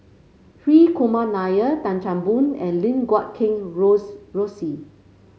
Hri Kumar Nair Tan Chan Boon and Lim Guat Kheng Rosie